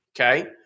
Okay